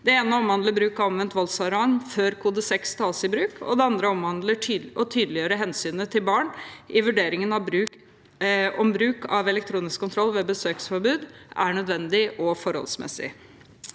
Det ene omhandler bruk av omvendt voldsalarm før kode 6 tas i bruk, og det andre omhandler å tydeliggjøre hensynet til barn i vurderingen av om bruk av elektronisk kontroll ved besøksforbud er nødvendig og forholdsmessig.